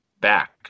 back